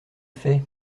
fait